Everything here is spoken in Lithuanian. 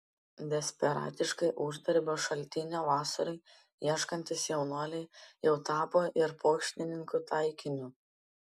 desperatiškai uždarbio šaltinio vasarai ieškantys jaunuoliai jau tapo ir pokštininkų taikiniu